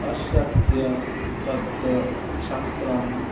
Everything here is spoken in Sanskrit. पाश्चात्यतत्त्वशास्त्रम्